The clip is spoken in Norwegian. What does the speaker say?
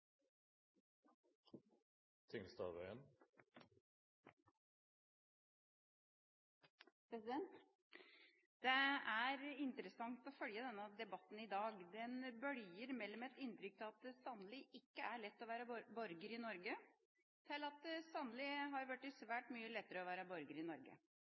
interessant å følge debatten i dag. Den bølger fra et inntrykk av at det sannelig ikke er lett å være borger i Norge, til at det sannelig har blitt svært mye lettere å være borger i Norge.